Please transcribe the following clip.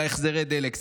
החזרי הדלק.